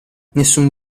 nessun